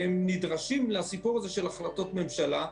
והם נדרשים לסיפור הזה של החלטות ממשלה.